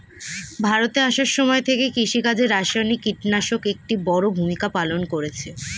ভারতে আসার সময় থেকে কৃষিকাজে রাসায়নিক কিটনাশক একটি বড়ো ভূমিকা পালন করেছে